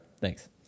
thanks